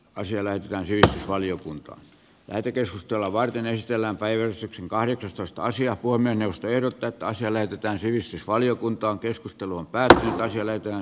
asia näyttää siis valiokunta lähetekeskustelua varten esitellään päivystyksen kahdeksastoista sija kun ennustelut että asia lähetetään sivistysvaliokuntaankeskustelun päältä ja siellä on